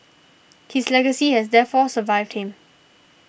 his legacy has therefore survived him